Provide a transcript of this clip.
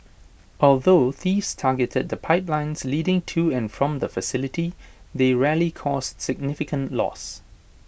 although thieves targeted the pipelines leading to and from the facility they rarely caused significant loss